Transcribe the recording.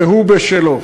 והוא בשלו.